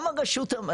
גם הרשות,